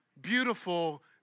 beautiful